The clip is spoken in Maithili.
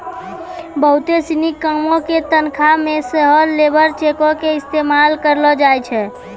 बहुते सिनी कामो के तनखा मे सेहो लेबर चेको के इस्तेमाल करलो जाय छै